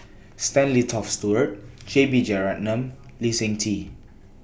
Stanley Toft Stewart J B Jeyaretnam and Lee Seng Tee